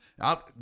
out